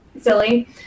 silly